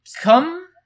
Come